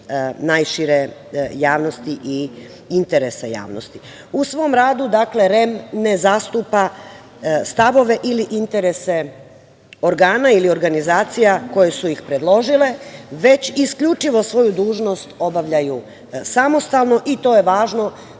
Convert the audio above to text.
najšire javnosti i interesa javnosti.U svom radu REM ne zastupa stavove ili interese organa ili organizacija koje su ih predložile već isključivo svoju dužnost obavljaju samostalno i to je važno